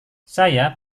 saya